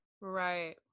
Right